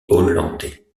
hollandais